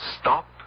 Stop